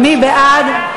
לא.